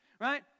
right